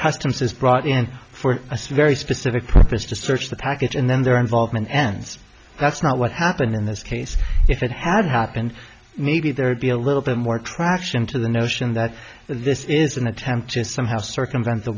customs is brought in for a some very specific purpose to search the package and then their involvement ends that's not what happened in this case if it had happened maybe there'd be a little bit more traction to the notion that this is an attempt to somehow circumvent the